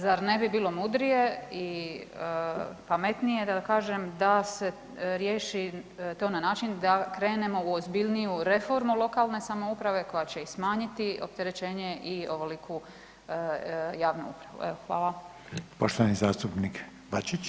Zar ne bi bilo mudrije i pametnije da kažem da se riješi to na način da krenemo u ozbiljniju reformu lokalne samouprave koja će i smanjiti opterećenje i ovoliku javnu upravu?